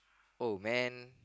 oh man